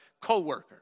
co-worker